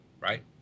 right